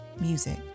music